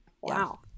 Wow